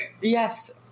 yes